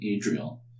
Adriel